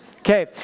Okay